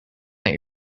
that